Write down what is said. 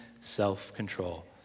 self-control